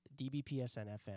DBPSN-FM